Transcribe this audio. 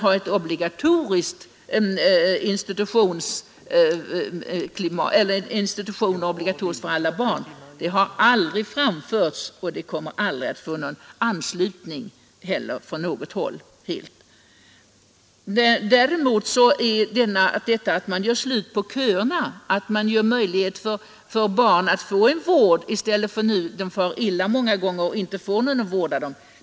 Att institutionen skulle göras obligatorisk för alla barn har aldrig föreslagits, och ett sådant förslag kommer heller aldrig att helt få anslutning från något håll. Däremot är det väl riktigt att försöka göra slut på köerna och möjliggöra vård för barn som nu många gånger far illa därför att det inte finns någon som vårdar dem.